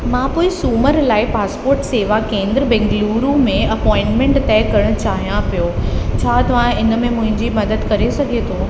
मां पोइ सूमर लाए पासपोर्ट सेवा केंद्र बेंगलुरु में अपॉइंटमेन्ट तय करणु चाहियां पियो छा तव्हां हिन में मुंहिंजी मदद करे सघे थो